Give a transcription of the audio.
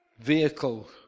vehicle